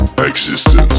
existence